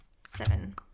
seven